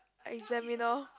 examiner